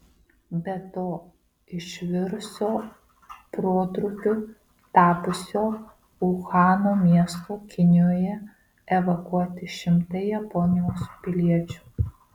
be to iš viruso protrūkiu tapusio uhano miesto kinijoje evakuoti šimtai japonijos piliečių